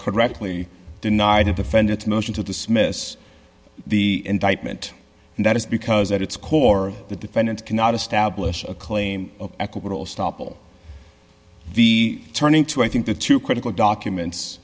correctly denied to defend its motion to dismiss the indictment and that is because at its core the defendant cannot establish a claim of equitable stoppel the turning to i think the two critical documents